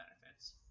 benefits